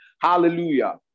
Hallelujah